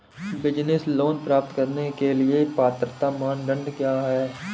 Business loan प्राप्त करने के लिए पात्रता मानदंड क्या हैं?